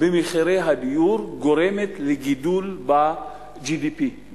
במחירי הדיור גורמת לגידול ב-GDP,